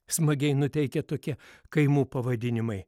smagiai nuteikia tokie kaimų pavadinimai